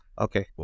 Okay